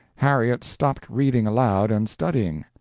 harriet stopped reading aloud and studying.